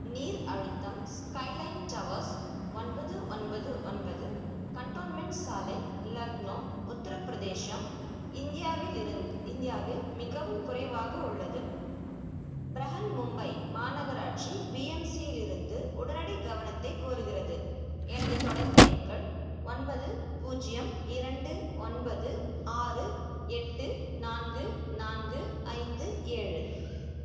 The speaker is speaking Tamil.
நீர் அழுத்தம் ஸ்கைலைன் டவர்ஸ் ஒன்பது ஒன்பது ஒன்பது கன்டோன்மென்ட் சாலை லக்னோ உத்தரப்பிரதேசம் இந்தியாவிலிருந்து இந்தியாவில் மிகவும் குறைவாக உள்ளது பிரஹன்மும்பை மாநகராட்சி பிஎம்சியிலிருந்து உடனடி கவனத்தை கோருகிறது எனது தொடர்பு எண்கள் ஒன்பது பூஜ்யம் இரண்டு ஒன்பது ஆறு எட்டு நான்கு நான்கு ஐந்து ஏழு